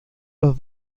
los